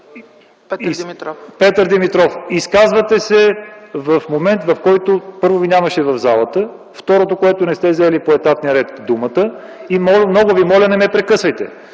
Петър Димитров.) Господин Димитров, изказвате се в момент, в който, първо, Ви нямаше в залата, второ, не сте взели по етапния ред думата и много Ви моля, не ме прекъсвайте.